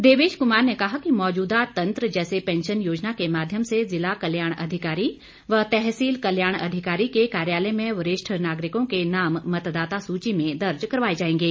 देवेश कुमार ने कहा कि मौजूदा तंत्र जैसे पैंशन योजना के माध्यम से ज़िला कल्याण अधिकारी व तहसील कल्याण अधिकारी के कार्यालय में वरिष्ठ नागरिकों का नाम मतदाता सूची में दर्ज करवाए जाएंगे